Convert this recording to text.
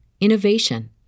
innovation